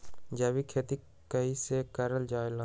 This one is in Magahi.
जैविक खेती कई से करल जाले?